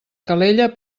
calella